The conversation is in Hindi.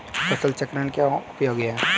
फसल चक्रण क्यों उपयोगी है?